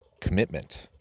commitment